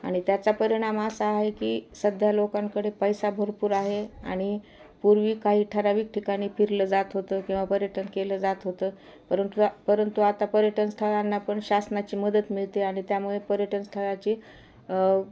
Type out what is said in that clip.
आणि त्याचा परिणाम असा आहे की सध्या लोकांकडे पैसा भरपूर आहे आणि पूर्वी काही ठराविक ठिकाणी फिरलं जात होतं किंवा पर्यटन केलं जात होतं परंतु परंतु आता पर्यटन स्थळांना पण शासनाची मदत मिळते आणि त्यामुळे पर्यटन स्थळाची